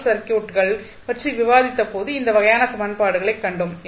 L சர்க்யூட்கள் பற்றி விவாதித்தபோது இந்த வகையான சமன்பாடுகளைக் கண்டோம்